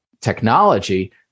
technology